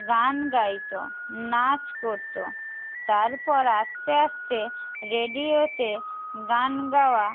গান গাইতো নাচ করতো তারপর আস্তে আস্তে রেডিওতে গান গাওয়া